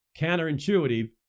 counterintuitive